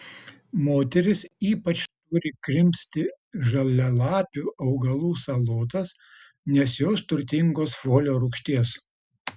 moterys ypač turi krimsti žalialapių augalų salotas nes jos turtingos folio rūgšties